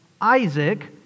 Isaac